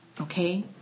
Okay